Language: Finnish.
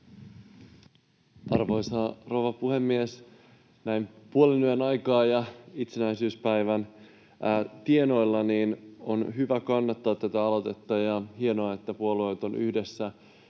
Arvoisa rouva puhemies! Näin puolenyön aikaan ja itsenäisyyspäivän tienoilla on hyvä kannattaa tätä aloitetta, ja hienoa, että puolueet ovat yhdessä